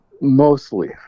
mostly